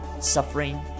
suffering